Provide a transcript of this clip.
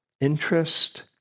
interest